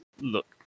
look